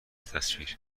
تصویر